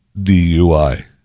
DUI